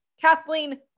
Kathleen